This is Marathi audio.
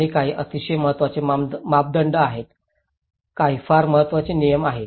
आणि काही अतिशय महत्त्वाचे मानदंड आहेत काही फार महत्वाचा नियम आहेत